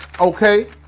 okay